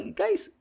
guys